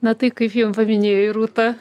na tai kaip jau paminėjai rūta